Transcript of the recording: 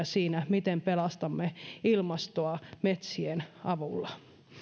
siinä miten pelastamme ilmastoa metsien avulla